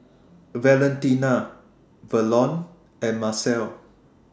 Valentina Verlon and Marcel